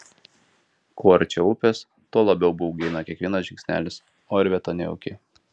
kuo arčiau upės tuo labiau baugina kiekvienas žingsnelis o ir vieta nejauki